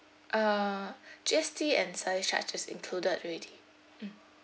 uh G_S_T and service charge is included already mm